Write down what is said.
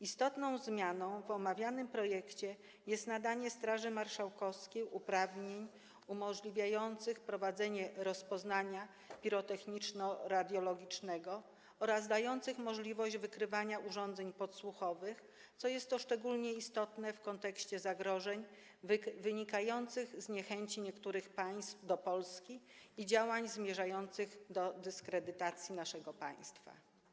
Istotną zmianą w omawianym projekcie jest nadanie Straży Marszałkowskiej uprawnień umożliwiających prowadzenie rozpoznania pirotechniczno-radiologicznego oraz dających możliwość wykrywania urządzeń podsłuchowych, co jest szczególnie istotne w kontekście zagrożeń wynikających z niechęci niektórych państw do Polski i działań zmierzających do dyskredytacji naszego państwa.